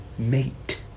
mate